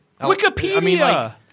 Wikipedia